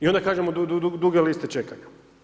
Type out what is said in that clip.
I onda kažemo duge liste čekanja.